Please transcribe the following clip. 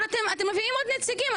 אבל אתם מביאים עוד נציגים,